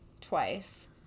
twice